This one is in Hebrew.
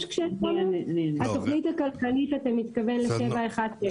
--- התכנית הכלכלית אתה מתכוון ל-716,